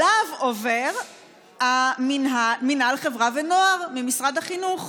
ואליו עובר מינהל חברה ונוער ממשרד החינוך,